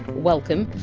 welcome!